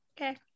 Okay